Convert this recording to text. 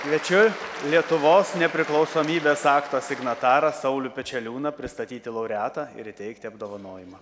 kviečiu lietuvos nepriklausomybės akto signatarą saulių pečeliūną pristatyti laureatą ir įteikti apdovanojimą